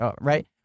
right